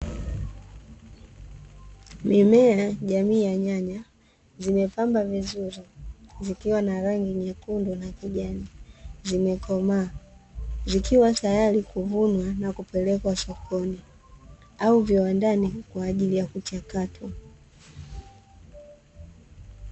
Mimea jamiii ya nyanya, zimepamba vizuri zikiwa na rangi nyekundu na kijani, zimekomaa zikiwa tayari kuvunwa na kupelekwa sokoni au viwandani kwa ajili ya kuchakatwa.